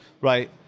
right